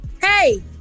hey